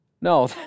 No